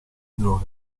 droga